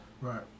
right